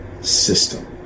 system